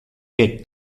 que